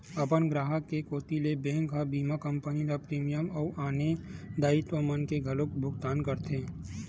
अपन गराहक के कोती ले बेंक ह बीमा कंपनी ल प्रीमियम अउ आने दायित्व मन के घलोक भुकतान करथे